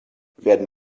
werden